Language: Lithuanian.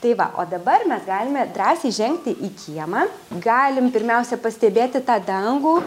tai va o dabar mes galime drąsiai žengti į kiemą galim pirmiausia pastebėti tą dangų